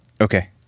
Okay